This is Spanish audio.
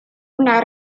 una